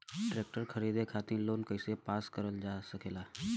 Tractor खरीदे खातीर loan कइसे पास करल जा सकेला?